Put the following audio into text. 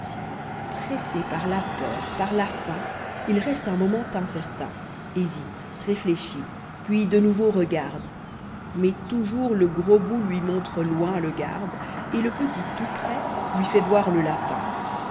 pressé par la peur par la faim il reste un moment incertain hésite réfléchit puis de nouveau regarde mais toujours le gros bout lui montre loin le garde et le petit tout près lui fait voir le lapin